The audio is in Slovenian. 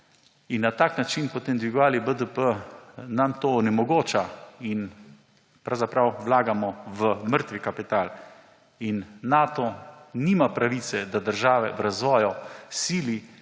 in na tak način potem dvigovali BDP, nam to onemogoča in pravzaprav vlagamo v mrtev kapital. Nato nima pravice, da države v razvoju sili,